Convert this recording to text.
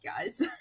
guys